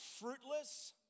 fruitless